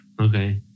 Okay